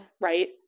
Right